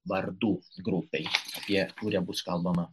vardų grupei apie kurią bus kalbama